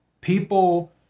people